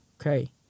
Okay